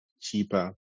cheaper